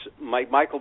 Michael